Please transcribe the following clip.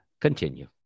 Continue